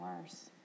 worse